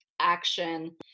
action